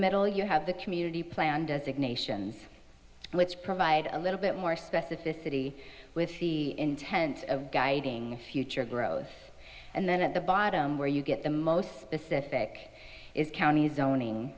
middle you have the community plan designations which provide a little bit more specificity with the intent of guiding future growth and then at the bottom where you get the most specific is county zoning